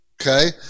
okay